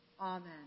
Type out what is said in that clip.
Amen